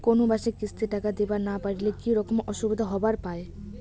কোনো মাসে কিস্তির টাকা দিবার না পারিলে কি রকম অসুবিধা হবার পায়?